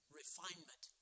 refinement